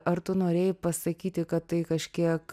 ar tu norėjai pasakyti kad tai kažkiek